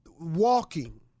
Walking